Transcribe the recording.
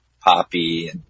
poppy